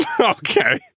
Okay